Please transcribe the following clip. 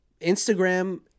instagram